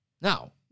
Now